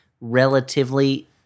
relatively